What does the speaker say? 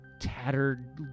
tattered